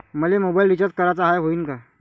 मले mobile recharge कराचा हाय, होईनं का?